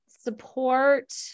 support